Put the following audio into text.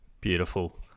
Beautiful